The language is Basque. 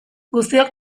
guztiok